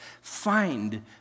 Find